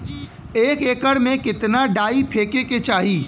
एक एकड़ में कितना डाई फेके के चाही?